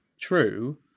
true